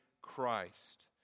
Christ